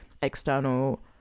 external